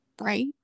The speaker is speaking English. right